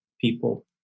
people